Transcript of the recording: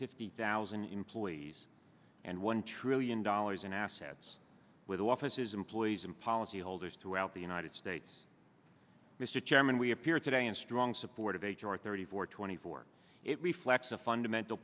fifty thousand employees and one trillion dollars in assets with offices employees and policyholders throughout the united states mr chairman we appeared today in strong support of age or thirty four twenty four it reflects a fundamental